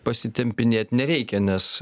pasitempinėt nereikia nes